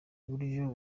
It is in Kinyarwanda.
buryo